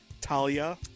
Talia